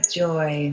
joy